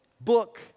book